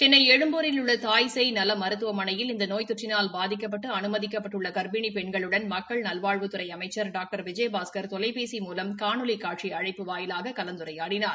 சென்னை எழும்பூரில் உள்ள தாய்சேய் நல மருத்துவமனையில் இந்த நோய் தொற்றினால் பாதிக்கப்பட்டு அனுமதிக்கப்பட்டுள்ள காப்பிணி பெண்களுடன் மக்கள் நல்வாழ்வுத்துறை அமைச்ச் டாக்டர் தொலைபேசி மூலம் காணொலி காட்சி அழைப்பு வாயிலாக கலந்துரையாடினார்